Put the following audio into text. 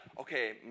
okay